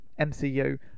MCU